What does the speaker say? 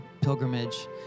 pilgrimage